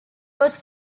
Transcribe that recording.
was